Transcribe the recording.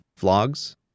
vlogs